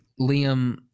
Liam